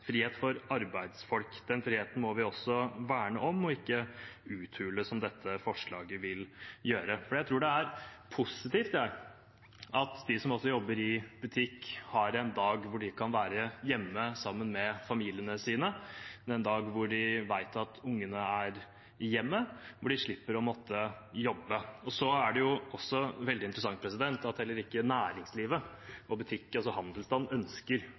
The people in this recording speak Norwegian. frihet for arbeidsfolk. Den friheten må vi også verne om og ikke uthule, som dette forslaget vil gjøre. Jeg tror det er positivt at de som jobber i butikk, har en dag hvor de kan være hjemme sammen med familien sin, en dag de vet at ungene er hjemme, og hvor de slipper å måtte jobbe. Det er også veldig interessant at heller ikke næringslivet og butikker, altså handelsstanden, ønsker